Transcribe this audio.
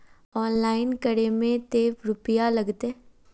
Online करे में ते रुपया लगते?